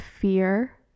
fear